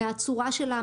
מהצורה שלה,